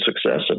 success